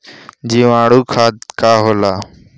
जीवाणु खाद का होला?